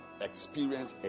experience